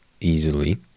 easily